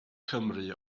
cymru